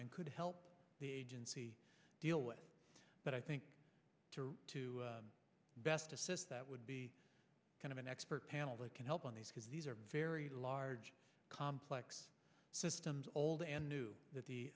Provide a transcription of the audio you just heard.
and could help the agency deal with but i think to best assist that would be kind of an expert panel that can help on these because these are very large complex systems old and new that the